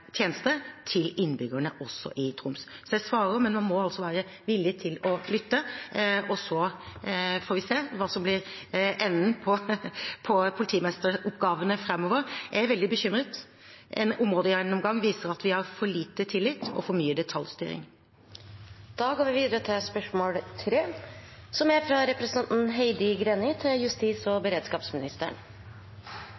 tjenester til innbyggerne – også i Troms. Så jeg svarer, men man må også være villig til å lytte. Så får vi se hva som blir enden på politimesteroppgavene framover. Jeg er veldig bekymret. En områdegjennomgang viser at vi har for lite tillit og for mye detaljstyring. «I avisa Fjell-Ljom kunne vi lese om en gutt på 11 år som